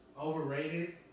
overrated